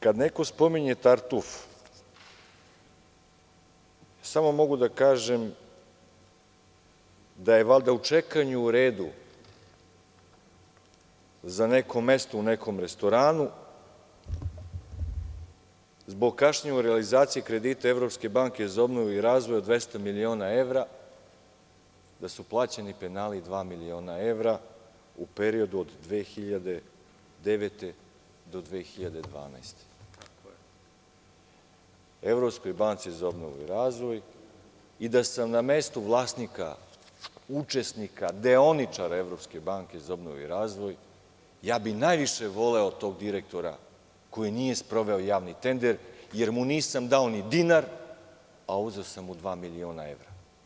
Kad neko spominje tartuf, samo mogu da kažem da je valjda u čekanju u redu za neko mesto u nekom restoranu, zbog kašnjenja u realizaciji kredita Evropske banke za obnovu i razvoj od 200 miliona evra, da su plaćeni penali dva miliona evra u periodu od 2009. do 2012. godine Evropskoj banci za obnovu i razvoj i da sam na mestu vlasnika, učesnika, deoničara Evropske banke za obnovu i razvoj, ja bih najviše voleo tog direktora koji nije sproveo javni tender, jer mu nisam dao ni dinar a uzeo sam mu dva miliona evra.